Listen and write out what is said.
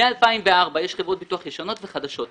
מ-2004 יש חברות ביטוח ישנות וחדשות.